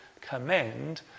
commend